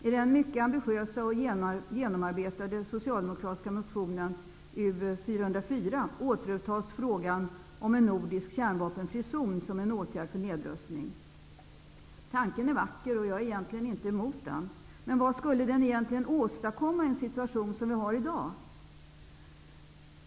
I den mycket ambitiösa och genomarbetade socialdemokratiska motionen U404 återupptas frågan om en nordisk kärnvapenfri zon som en åtgärd för nedrustning. Tanken är vacker och jag är egentligen inte emot den. Men vad skulle den egentligen åstadkomma i den situation som råder i dag?